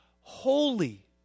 Holy